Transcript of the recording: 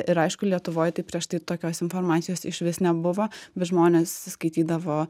ir aišku lietuvoj tai prieš tai tokios informacijos išvis nebuvo bet žmonės skaitydavo